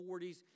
40s